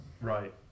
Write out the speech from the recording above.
Right